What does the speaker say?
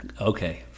Okay